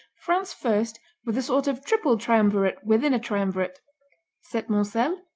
france first with a sort of triple triumvirate within a triumvirate septmoncel,